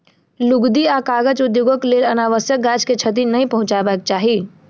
लुगदी आ कागज उद्योगक लेल अनावश्यक गाछ के क्षति नै पहुँचयबाक चाही